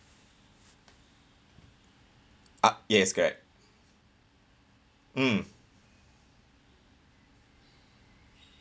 ah yes correct mm